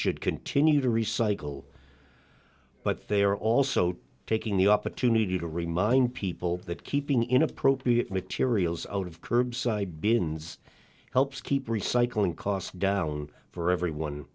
should continue to recycle but they are also taking the opportunity to remind people that keeping inappropriate materials out of curbside bins helps keep recycling costs down for everyone